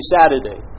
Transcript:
Saturday